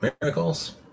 miracles